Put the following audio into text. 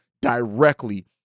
directly